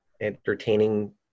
entertaining